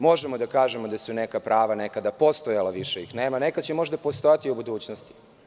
Možemo da kažemo da su neka prava nekada postojala, a više ih nema, a neka će možda postojati u budućnosti.